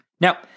Now